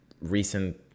recent